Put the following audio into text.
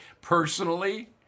personally